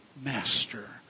master